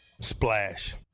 Splash